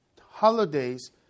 holidays